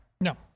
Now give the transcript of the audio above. no